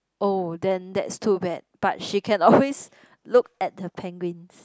oh then that's too bad but she can always look at the penguins